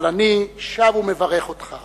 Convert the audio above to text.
אבל אני שב ומברך אותך